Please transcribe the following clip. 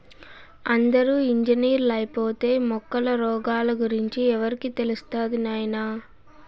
అందరూ ఇంజనీర్లైపోతే మొక్కల రోగాల గురించి ఎవరికి తెలుస్తది నాయనా